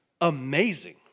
amazing